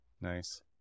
Nice